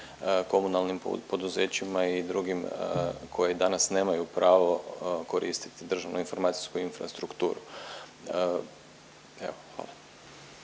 komunalnim poduzećima i drugim koji danas nemaju pravo koristiti državnu informacijsku infrastrukturu.